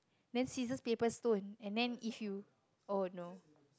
then scissors paper stone and then if you oh no